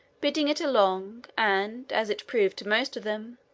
bidding it a long, and, as it proved to most of them,